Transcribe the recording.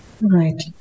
Right